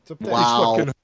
Wow